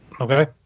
Okay